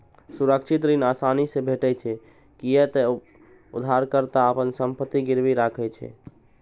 सुरक्षित ऋण आसानी से भेटै छै, कियै ते उधारकर्ता अपन संपत्ति गिरवी राखै छै